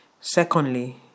Secondly